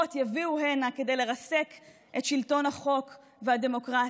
עלובות יביאו הנה כדי לרסק את שלטון החוק והדמוקרטיה?